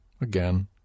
Again